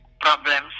problems